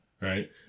right